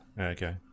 Okay